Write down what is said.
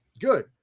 good